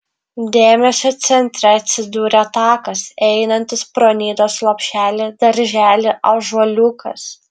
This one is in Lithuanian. dėmesio centre atsidūrė takas einantis pro nidos lopšelį darželį ąžuoliukas